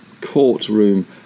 courtroom